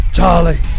Charlie